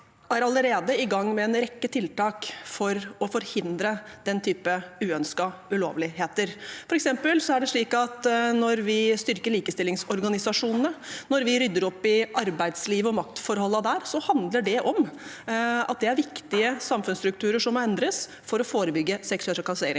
og er allerede i gang med en rekke tiltak for å forhindre den typen uønskede ulovligheter. Når vi f.eks. styrker likestillingsorganisasjonene, og når vi rydder opp i arbeidslivet og maktforholdene der, handler det om at det er viktige samfunnsstrukturer som må endres for å forebygge seksuell trakassering.